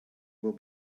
will